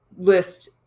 list